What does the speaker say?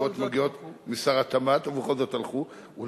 ובכל זאת הלכו.